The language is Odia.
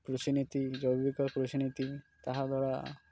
କୃଷନୀତି ଜୈବିକ କୃଷନୀତି ତାହା ଦ୍ୱାରା